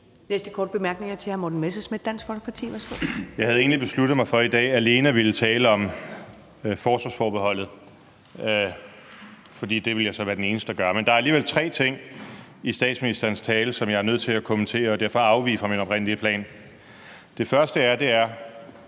Jeg havde egentlig besluttet mig for i dag alene at ville tale om forsvarsforbeholdet, for det ville jeg så være den eneste, der gjorde. Men der er alligevel tre ting i statsministerens tale, som jeg er nødt til at kommentere, og derfor afviger jeg fra min oprindelige plan. For det første fornemmer